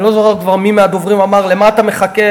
אני לא זוכר כבר מי מהדוברים אמר: למה אתה מחכה?